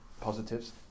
positives